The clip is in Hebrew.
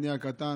אני הקטן,